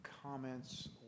Comments